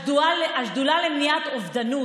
השדולה למניעת אובדנות.